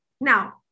now